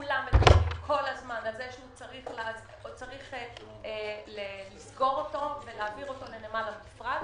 שכולם מדברים כל הזמן על כך שצריך לסגור אותו ולהעביר אותו לנמל המפרץ,